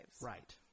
right